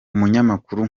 umunyamakuru